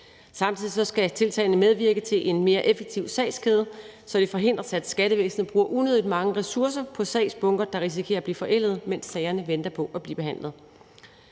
Samtidig skal tiltagene medvirke til en mere effektiv sagskæde, så det forhindres, at skattevæsenet bruger unødig mange ressourcer på sagsbunker, der risikerer at blive forældet, mens sagerne venter på at blive behandlet.